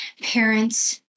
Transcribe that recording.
parents